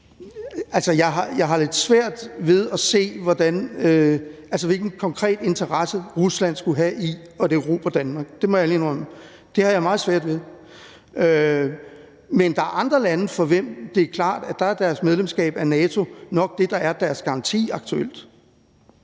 jeg har lidt svært ved at se, hvilken konkret interesse Rusland skulle have i at erobre Danmark. Det må jeg ærligt indrømme. Det har jeg meget svært ved. Men der er andre lande, for hvem det er klart, at deres medlemskab af NATO nok er det, der er deres garanti aktuelt.